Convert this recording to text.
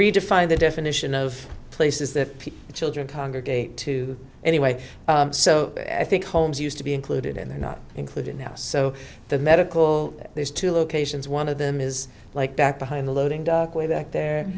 redefined the definition of places that children congregate to anyway so i think homes used to be included and they're not included now so the medical there's two locations one of them is like back behind the loading dock way back there